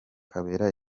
kabera